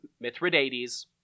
Mithridates